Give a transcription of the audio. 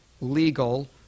legal